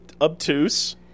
obtuse